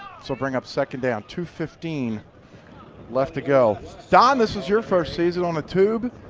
so bring up second down. two fifteen left to go. donn, this is your first season on a tube.